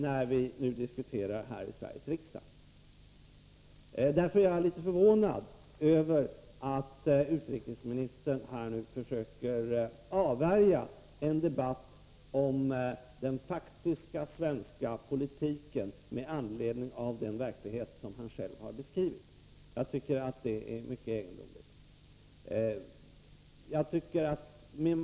Därför är jag litet förvånad Om den ekonomis över att utrikesministern nu försöker avvärja en debatt om den faktiska — ka utvecklingen i svenska politiken med anledning av den verklighet som han själv har beskriu-länderna vit. Det är mycket egendomligt.